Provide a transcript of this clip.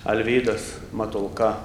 alvydas matulka